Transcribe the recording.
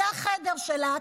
זה החדר שלה,